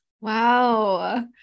Wow